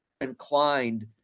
inclined